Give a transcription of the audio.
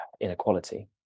inequality